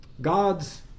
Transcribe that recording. God's